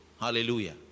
Hallelujah